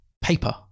paper